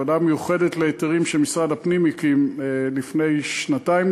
הוועדה המיוחדת להיתרים שמשרד הפנים הקים לפני שנתיים,